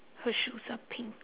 her shoes are pink